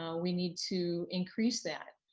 um we need to increase that.